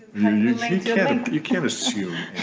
you can't you can't assume